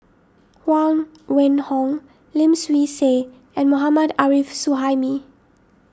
Huang Wenhong Lim Swee Say and Mohammad Arif Suhaimi